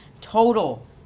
total